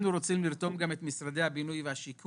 אנחנו רוצים לרתום גם את משרדי הבינוי והשיכון,